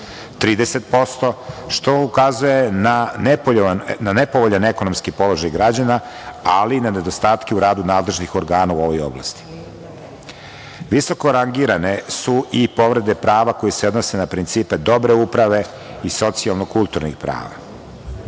30% što ukazuje na nepovoljan ekonomski položaj građana, ali na nedostatke u radu nadležnih organa u ovoj oblasti. Visoko rangirane su i povrede prava koji se odnose na principe dobre uprave i socijalno kulturnih prava.U